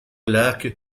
lac